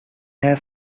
had